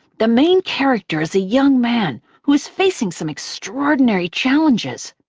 the main character is a young man who is facing some extraordinary challenges.